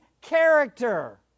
character